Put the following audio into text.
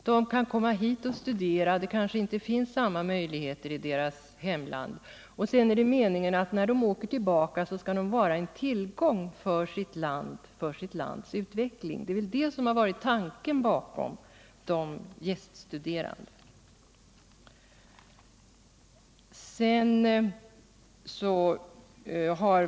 De kan komma hit och studera — det kanske inte finns samma möjligheter i deras hemland. Och sedan är det meningen att de när de åker tillbaka skall vara en tillgång för sitt eget lands utveckling. Det har varit tanken bakom systemet.